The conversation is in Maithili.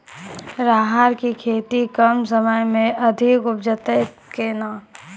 राहर की खेती कम समय मे अधिक उपजे तय केना?